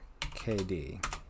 KD